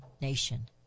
nation